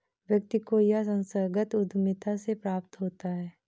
व्यक्ति को यह संस्थागत उद्धमिता से प्राप्त होता है